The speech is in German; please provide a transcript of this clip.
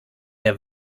der